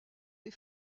des